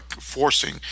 forcing